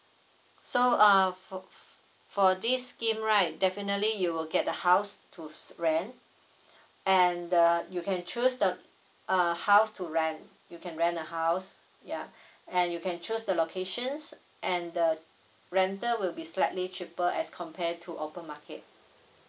so uh for for this scheme right definitely you will get the house to rent and the you can choose the uh house to rent you can rent a house yeah and you can choose the locations and the rental will be slightly cheaper as compare to open market